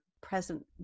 present